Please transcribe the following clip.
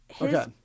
Okay